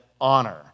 honor